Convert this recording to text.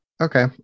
Okay